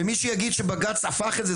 ומי שיגיד שבג"ץ הפך את זה,